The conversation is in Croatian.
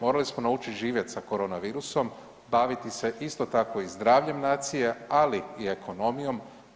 Morali smo naučiti živjeti sa korona virusom, baviti se isto tako i zdravljem nacije, ali i ekonomijom.